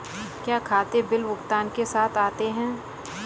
क्या खाते बिल भुगतान के साथ आते हैं?